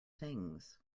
things